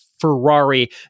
Ferrari